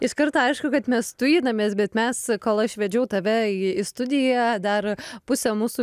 iškart aišku kad mes tujinamės bet mes kol aš vedžiau tave į studiją dar pusę mūsų